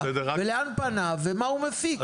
לאן פניו ומה הוא מפיק.